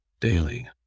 daily